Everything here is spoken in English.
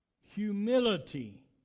humility